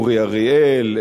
אורי אריאל,